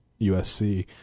usc